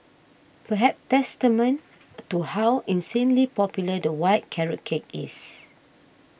perhaps testament to how insanely popular the white carrot cake is